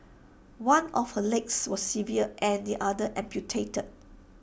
one of her legs was severed and the other amputated